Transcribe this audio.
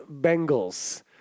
Bengals